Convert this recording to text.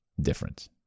different